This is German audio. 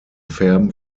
färben